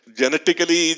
Genetically